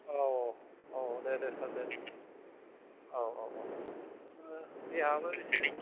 औ औ दे दे सार दे औ औ औ देहायाबो एसे